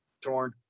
torn